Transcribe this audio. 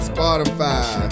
Spotify